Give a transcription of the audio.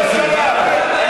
חבר הכנסת בר,